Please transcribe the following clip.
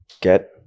get